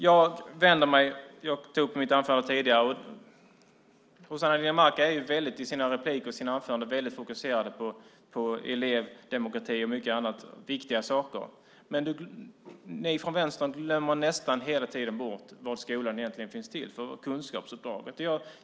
Jag tog upp i mitt anförande tidigare att Rossana Dinamarca i sina repliker och i sina anföranden är väldigt fokuserad på elevdemokrati och många andra viktiga saker. Men ni från Vänstern glömmer nästan hela tiden bort vad skolan egentligen finns till för, kunskapsuppdraget.